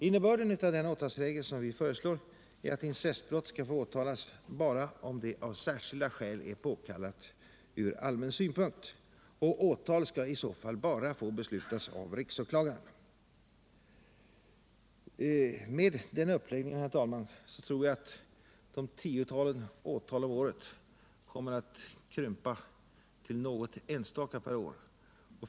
Innebörden av den åtalsregel vi föreslår är att incestbrott skall få åtalas bara om det av särskilda skäl är påkallat ur allmän synpunkt, och åtal skall i så fall få beslutas endast av riksåklagaren. Med den uppläggningen, herr talman, tror jag att det nuvarande tiotalet åtal om året kommer att krympa till något enstaka.